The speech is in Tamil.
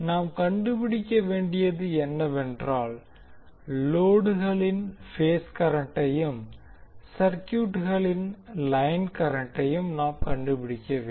நாம் கண்டுபிடிக்க வேண்டியது என்னவென்றால் லோடுகளின் பேஸ் கரண்டையும் சர்க்யூட்களின் லைன் கரண்ட்களையும் நாம் கண்டுபிடிக்க வேண்டும்